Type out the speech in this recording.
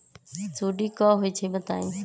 सुडी क होई छई बताई?